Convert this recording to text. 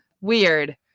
Weird